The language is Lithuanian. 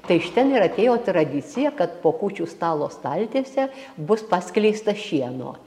tai iš ten ir atėjo tradicija kad po kūčių stalo staltiese bus paskleista šieno